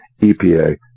EPA